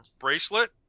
bracelet